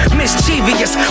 mischievous